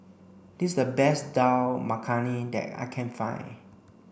this is the best Dal Makhani that I can find